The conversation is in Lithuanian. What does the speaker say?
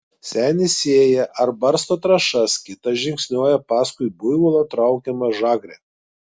senis sėja ar barsto trąšas kitas žingsniuoja paskui buivolo traukiamą žagrę